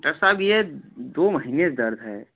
duct साहब ये दो महीने से दर्द है